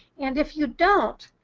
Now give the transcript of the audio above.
and if you don't,